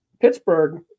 Pittsburgh